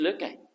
looking